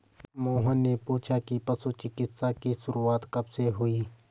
मोहन ने पूछा कि पशु चिकित्सा की शुरूआत कब से हुई?